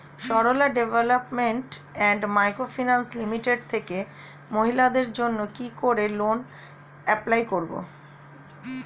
Sarala development and micro finance limited থেকে মহিলাদের জন্য কি করে লোন এপ্লাই করব?